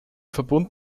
verbund